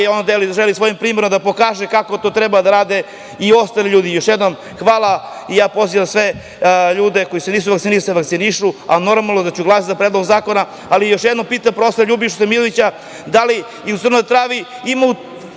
on želi svojim primerom da pokaže kako to treba da rade i ostali ljudi. Još jednom hvala. Pozivam sve ljude koji se nisu vakcinisali, da se vakcinišu. A, normalno da ću glasati za Predlog zakona. Još jednom pitam profesora Ljubišu Stojmirovića da li i u Crnoj Travi imaju